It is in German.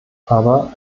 aber